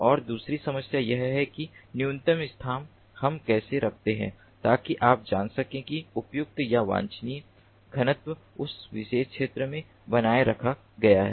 और दूसरी समस्या यह है कि न्यूनतम स्थान हम कैसे रखते हैं ताकि आप जान सकें कि उपयुक्त या वांछनीय घनत्व उस विशेष क्षेत्र में बनाए रखा गया है